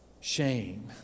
Shame